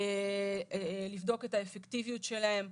לבדוק את האפקטיביות שלהן,